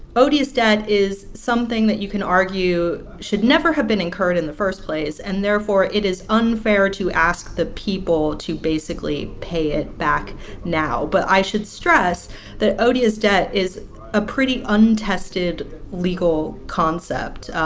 odious debt is something that you can argue should never have been incurred in the first place and, therefore, it is unfair to ask the people to basically pay it back now. but i should stress that odious debt is a pretty untested legal concept,